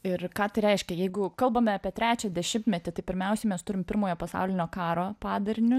ir ką tai reiškia jeigu kalbame apie trečią dešimtmetį tai pirmiausiai mes turim pirmojo pasaulinio karo padariniu